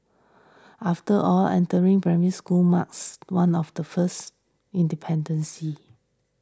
after all entering Primary School marks one of the first